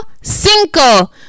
cinco